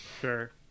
Sure